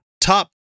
top